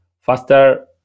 faster